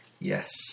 Yes